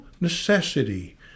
necessity